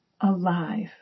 alive